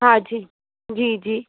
हा जी जी जी